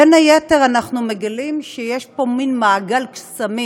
בין היתר אנחנו מגלים שיש פה מין מעגל קסמים,